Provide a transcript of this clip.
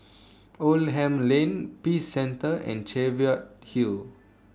Oldham Lane Peace Centre and Cheviot Hill